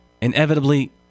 Inevitably